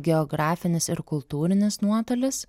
geografinis ir kultūrinis nuotolis